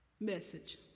message